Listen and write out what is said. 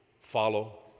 follow